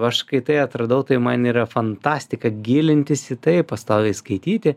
aš kai tai atradau tai man yra fantastika gilintis į tai pastoviai skaityti